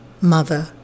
Mother